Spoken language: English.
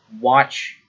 watch